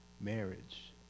marriage